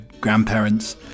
Grandparents